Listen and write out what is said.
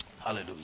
hallelujah